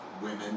women